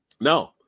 No